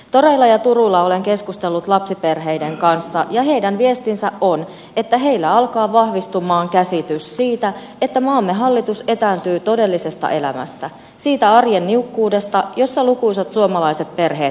toreilla ja turuilla olen keskustellut lapsiperheiden kanssa ja heidän viestinsä on että heillä alkaa vahvistumaan käsitys siitä että maamme hallitus etääntyy todellisesta elämästä siitä arjen niukkuudesta jossa lukuisat suomalaiset perheet elävät